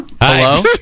Hello